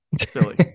Silly